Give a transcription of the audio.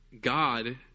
God